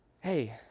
hey